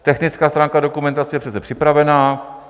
Technická stránka dokumentace je přece připravena.